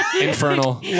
Infernal